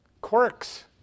Quirks